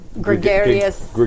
Gregarious